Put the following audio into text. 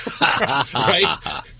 right